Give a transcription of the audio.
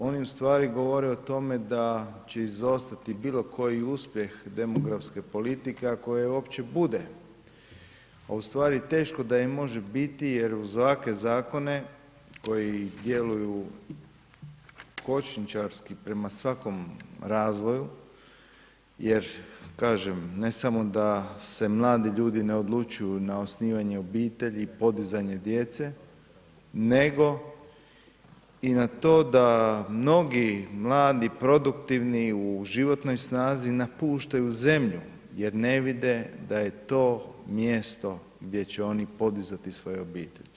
Oni u stvari govore o tome da će izostati bilo koji uspjeh demografske politike ako je uopće bude, a u stvari teško da je može biti jer uz ovakve zakone koji djeluju kočnićarski prema razvoju jer kažem ne samo da se mladi ljudi ne odlučuju na osnivanje obitelji i podizanje djece nego i na to da mnogi mladi produktivni u životnoj snazi napuštaju zemlju jer ne vide da je to mjesto gdje će oni podizati svoje obitelji.